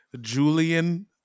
Julian-